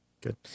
good